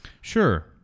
Sure